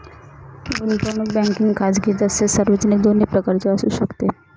गुंतवणूक बँकिंग खाजगी तसेच सार्वजनिक दोन्ही प्रकारची असू शकते